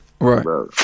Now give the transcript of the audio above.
Right